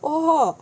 !wah!